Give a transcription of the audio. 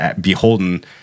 beholden